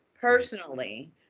personally